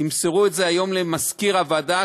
ימסרו את זה היום למזכיר הוועדה,